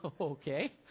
okay